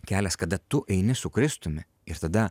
kelias kada tu eini su kristumi ir tada